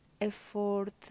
effort